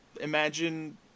imagine